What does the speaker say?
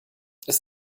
ist